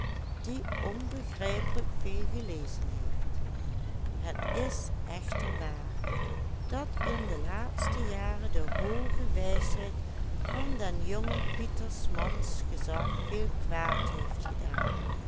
die onbegrijpelijk veel gelezen heeft het is echter waar dat in de laatste jaren de hooge wijsheid van den jongen pieter s mans gezag veel kwaad heeft gedaan